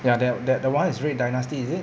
ya that that that one is red dynasty is it